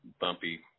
bumpy